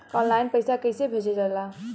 Online पैसा कैसे भेजल जाला?